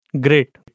Great